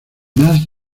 más